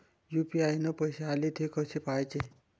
UPI न पैसे आले, थे कसे पाहाचे?